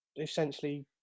essentially